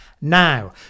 Now